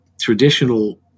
traditional